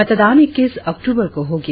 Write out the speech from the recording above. मतदान इक्कीस अक्टूबर को होगी